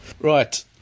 right